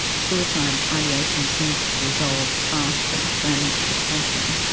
suicide ideation seems to resolve faster than depression,